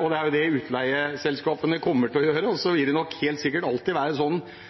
og det er jo det utleieselskapene kommer til å gjøre. Så vil det nok helt sikkert alltid være sånn